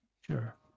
Sure